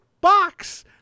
box